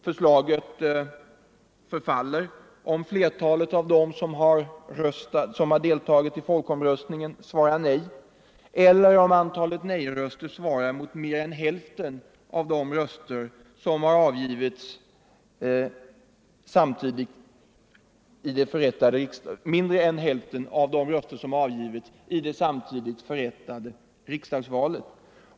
Förslaget förfaller om flertalet av dem som har deltagit i folkomröstningen svarar nej eller om antalet nejröster svarar mot mer än hälften av de röster som har avgivits samtidigt i det förrättade riksdagsvalet.